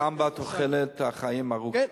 גם בתוחלת החיים הארוכה.